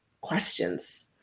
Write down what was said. questions